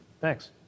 Thanks